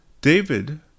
David